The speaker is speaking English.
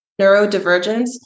neurodivergence